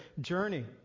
journey